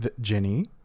jenny